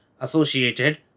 associated